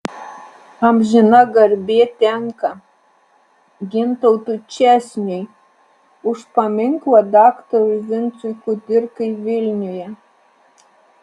amžina garbė tenka gintautui česniui už paminklą daktarui vincui kudirkai vilniuje